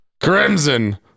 crimson